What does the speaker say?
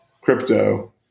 crypto